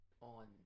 on